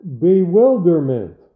bewilderment